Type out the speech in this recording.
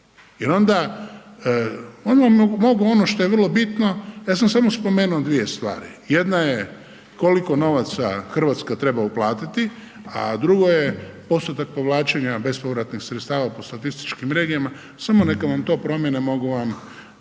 mogu ono što je vrlo bitno, ja sam samo spomenuo dvije stvari, jedna je koliko novaca RH treba uplatiti, a drugo je postotak povlačenja bespovratnih sredstava po statističkim regijama, samo neka vam to promijene mogu vam,